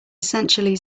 essentially